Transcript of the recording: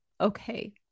okay